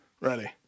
Ready